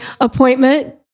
appointment